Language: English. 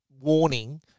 warning